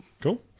Cool